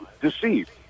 deceived